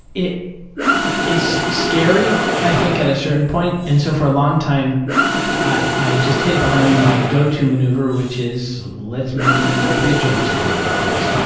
it is scary, i think, at a certain point. and so for a long time i i just hid behind like my go-to maneuver, which is, let's make inappropriate jokes about ah things.